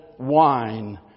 wine